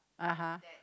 (uh huh)